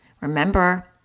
Remember